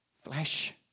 Flesh